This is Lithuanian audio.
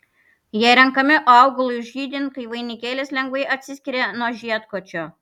jie renkami augalui žydint kai vainikėlis lengvai atsiskiria nuo žiedkočio